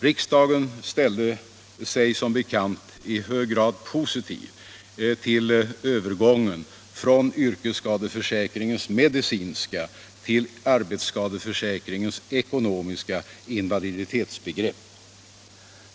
Riksdagen ställde sig som bekant i hög grad positiv till övergången från yrkesskadeförsäkringens medicinska till arbetsskadeförsäkringens ekonomiska invaliditetsbegrepp.